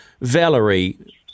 Valerie